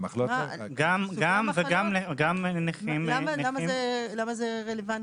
למה זה רלוונטי?